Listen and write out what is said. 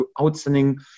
outstanding